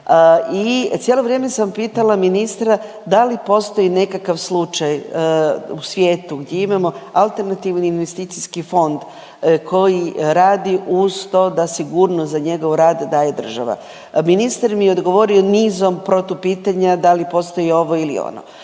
i cijelo vrijeme sam pitala ministra da li postoji nekakav slučaj u svijetu gdje imamo alternativni investicijski fond koji radi uz to da sigurnost za njegov rad daje država. Ministar mi je odgovorio nizom protupitanja, da li postoji ovo ili ono.